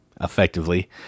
effectively